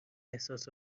احساس